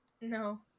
No